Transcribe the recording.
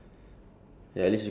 how to say can last like